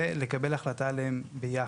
ולקבל עליהם החלטה ביחד.